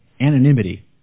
anonymity